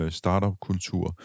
startupkultur